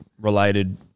related